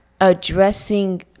addressing